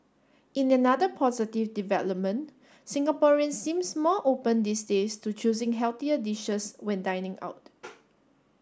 in another positive development Singaporean seems more open these days to choosing healthier dishes when dining out